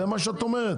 זה מה שאת אומרת.